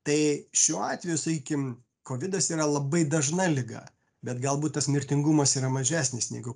tai šiuo atveju sakykim kovidos yra labai dažna liga bet galbūt tas mirtingumas yra mažesnis negu